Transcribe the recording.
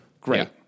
Great